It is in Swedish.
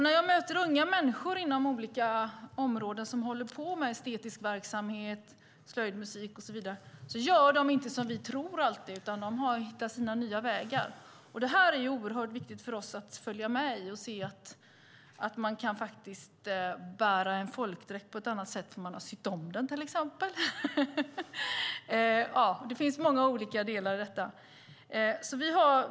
När jag möter unga människor som håller på med estetisk verksamhet, slöjd, musik och så vidare gör de inte alltid som vi tror. De hittar sina nya vägar. Det är oerhört viktigt för oss att följa med och se att det går att bära en folkdräkt på ett annat sätt därför att man till exempel har sytt om den. Det finns många olika delar i detta.